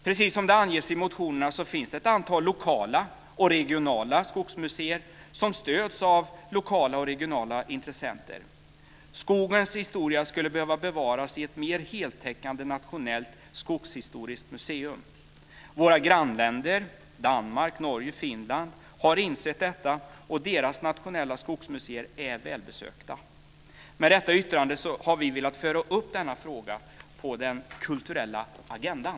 Precis som det anges i motionerna finns det ett antal lokala och regionala skogsmuseer som stöds av lokala och regionala intressenter. Skogens historia skulle behöva bevaras i ett heltäckande nationellt skogshistoriskt museum. Våra grannländer Danmark, Norge och Finland har insett detta. Deras nationella skogsmuseer är välbesökta. Med vårt yttrande har vi velat föra upp frågan på den kulturella agendan.